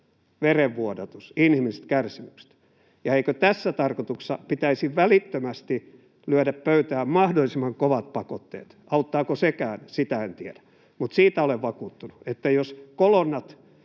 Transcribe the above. verenvuodatus, inhimilliset kärsimykset? Ja eikö tässä tarkoituksessa pitäisi välittömästi lyödä pöytään mahdollisimman kovat pakotteet? Auttaako sekään, sitä en tiedä. Mutta siitä olen vakuuttunut, että jos kolonnat